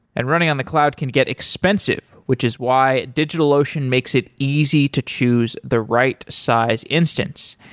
and running on the cloud can get expensive, which is why digitalocean makes it easy to choose the right size instance.